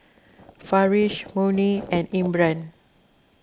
Farish Murni and Imran